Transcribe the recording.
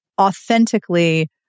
authentically